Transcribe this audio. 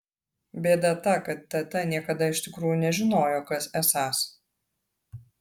bėda ta kad tt niekada iš tikrųjų nežinojo kas esąs